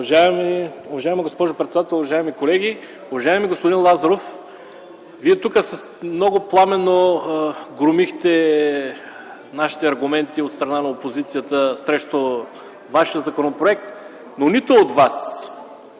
Уважаема госпожо председател, уважаеми колеги! Уважаеми господин Лазаров, Вие тук много пламенно громихте нашите аргументи – от страна на опозицията, срещу Вашия законопроект. Но нито от Вас,